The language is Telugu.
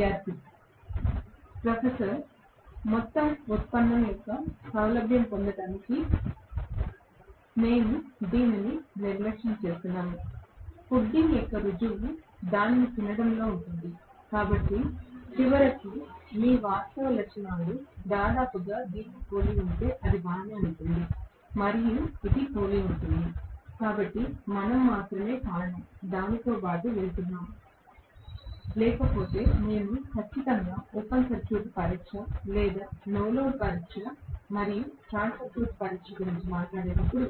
విద్యార్థి ప్రొఫెసర్ మొత్తం ఉత్పన్నం యొక్క సౌలభ్యం పొందడానికి మేము దీనిని నిర్లక్ష్యం చేస్తున్నాము పుడ్డింగ్ యొక్క రుజువు దానిని తినటంలో ఉంది కాబట్టి చివరికి మీ వాస్తవ లక్షణాలు దాదాపుగా దీన్ని పోలి ఉంటే అది బాగానే ఉంటుంది మరియు ఇది పోలి ఉంటుంది కాబట్టి మనము మాత్రమే కారణం దానితో పాటు వెళుతున్నాను లేకపోతే నేను ఖచ్చితంగా ఓపెన్ సర్క్యూట్ పరీక్ష లేదా నో లోడ్ పరీక్ష మరియు షార్ట్ సర్క్యూట్ పరీక్ష గురించి మాట్లాడేటప్పుడు